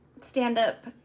stand-up